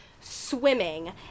swimming